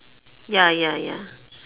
ya ya ya